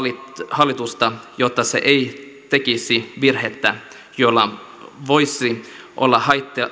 hallitusta jotta se ei tekisi virhettä jolla voisi olla